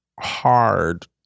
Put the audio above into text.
hard